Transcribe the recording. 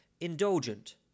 indulgent